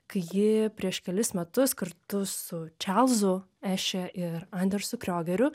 kai ji prieš kelis metus kartu su čarlzu eše ir andersu kriogeriu